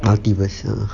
multiversal